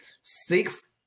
six